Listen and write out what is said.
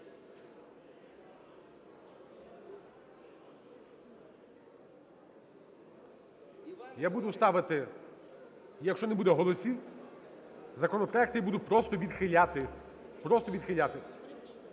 Я буду ставити, якщо не буде голосів, законопроекти я буду просто відхиляти, просто відхиляти,